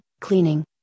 cleaning